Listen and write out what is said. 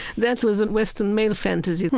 that was a western male fantasy.